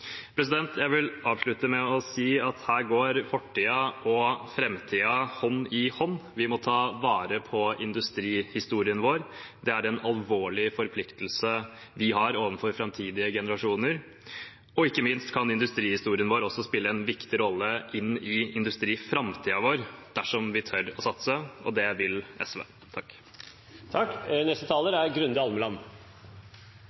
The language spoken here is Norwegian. Jeg vil avslutte med å si at her går fortiden og framtiden hånd i hånd. Vi må ta vare på industrihistorien vår. Det er en alvorlig forpliktelse vi har overfor framtidige generasjoner. Og ikke minst kan industrihistorien vår spille en viktig rolle inn i industriframtiden vår, dersom vi tør å satse. Det vil SV.